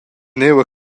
nua